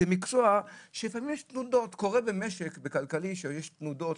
קורה במשק שיש תנודות.